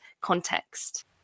context